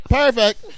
perfect